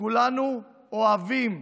שכולנו אוהבים,